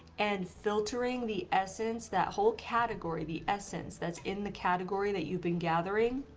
and filtering the essence that whole category the essence that's in the category that you've been gathering,